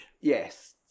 Yes